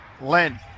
Len